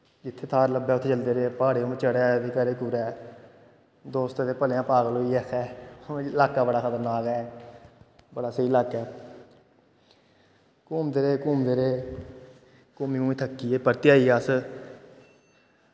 जित्थें थाह्र लब्भै उत्थें जंदे रेह् प्हाड़ैं पर चढ़े ते कदें कुदै दोस्त ते भलेआं गै पागल होई गे आक्खै अलाका बड़ा खतरनाक ऐ बड़ा स्हेई अलाका ऐ घूमदे रेह् घूमदे रेह् घूमी घूमी थक्की गे परतियै आई गे अस